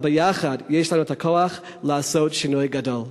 אבל ביחד יש לנו את הכוח לעשות שינוי גדול.